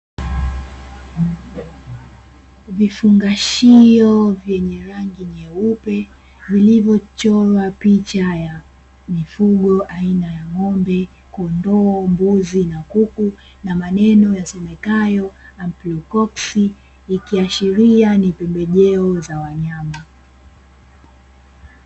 Vifungashio vyenye rangi nyeupe vilivyochorwa picha ya mifugo aina ya ng'ombe kondoo mbuzi na kuku na maneno yasemekayo "amplicopsy" nikiashiria ni vibejeo za wanyama.